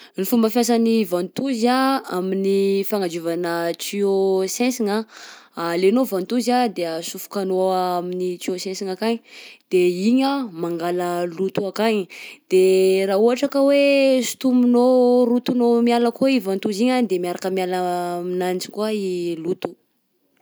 Ny fomba fiasan'ny ventouse anh amin'ny fagnadiovana tuyau sensigna, alainao ventouse anh de asofokanao amin'ny tuyau sensigna akagny de igny anh mangala loto akagny, de raha ohatra ka hoe sontominao rotonao miala akao i ventouse igny anh de miaraka miala aminanjy koa i loto.